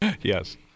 Yes